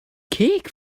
cake